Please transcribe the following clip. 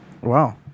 Wow